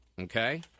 Okay